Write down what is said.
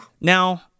Now